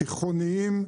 תיכוניים,